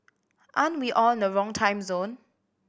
aren't we on the wrong time zone